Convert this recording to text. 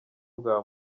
bwa